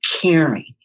caring